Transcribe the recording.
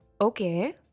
Okay